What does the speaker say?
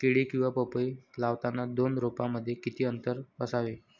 केळी किंवा पपई लावताना दोन रोपांमध्ये किती अंतर असावे?